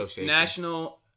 national